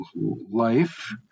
life